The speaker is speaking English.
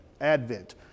Advent